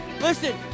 Listen